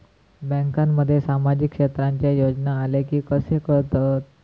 बँकांमध्ये सामाजिक क्षेत्रांच्या योजना आल्या की कसे कळतत?